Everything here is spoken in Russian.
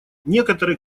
некоторые